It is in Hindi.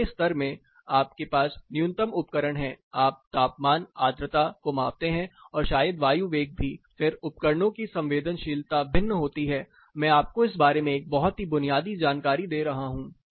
तीसरे स्तर में आपके पास न्यूनतम उपकरण हैं आप तापमान आर्द्रता को मापते हैं और शायद वायु वेग भी फिर उपकरणों की संवेदनशीलता भिन्न होती है मैं आपको इस बारे में एक बहुत ही बुनियादी जानकारी दे रहा हूं